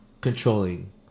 controlling